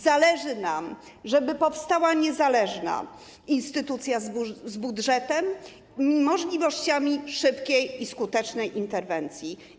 Zależy nam, żeby powstała niezależna instytucja z budżetem i możliwościami szybkiej i skutecznej interwencji.